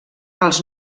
els